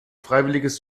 freiwilliges